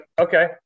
okay